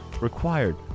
required